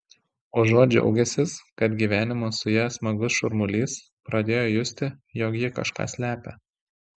užuot džiaugęsis kad gyvenimas su ja smagus šurmulys pradėjo justi jog ji kažką slepia